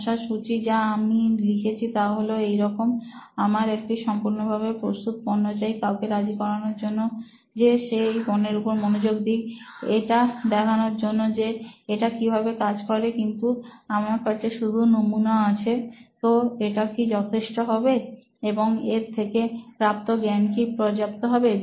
সমস্যার সূচি যা আমি লিখেছি তা হল এই রকম আমার একটা সম্পূর্ণভাবে প্রস্তুত পণ্য চাই কাউকে রাজি করানোর জন্য যে সে এই পণ্যের উপর মনোযোগ দিক এটা দেখার জন্য যে এটা কিভাবে কাজ করে কিন্তু আমার কাছে শুধু নমুনা আছে তো এটা কি যথেষ্ট হবে এবং এর থেকে প্রাপ্ত জ্ঞান কি পর্যাপ্ত হবে